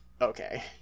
okay